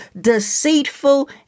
deceitful